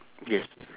yes